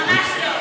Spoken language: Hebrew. הקואליציה,